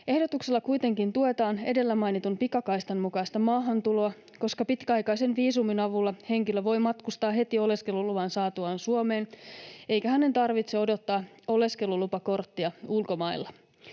Ehdotuksella kuitenkin tuetaan edellä mainitun pikakaistan mukaista maahantuloa, koska pitkäaikaisen viisumin avulla henkilö voi matkustaa heti oleskeluluvan saatuaan Suomeen eikä hänen tarvitse odottaa oleskelulupakorttia ulkomailla.